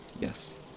Yes